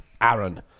Aaron